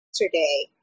yesterday